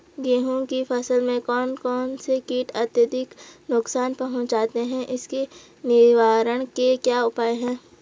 गेहूँ की फसल में कौन कौन से कीट अत्यधिक नुकसान पहुंचाते हैं उसके निवारण के क्या उपाय हैं?